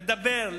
לדבר,